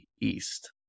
East